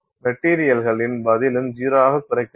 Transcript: மெட்டீரியல்களின் பதிலும் 0 ஆக குறைகிறது